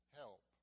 help